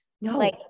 No